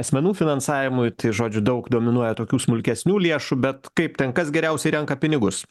asmenų finansavimui tai žodžiu daug dominuoja tokių smulkesnių lėšų bet kaip ten kas geriausiai renka pinigus